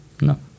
No